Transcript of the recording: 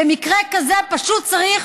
במקרה כזה פשוט צריך